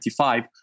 2025